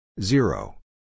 Zero